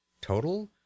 total